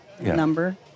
number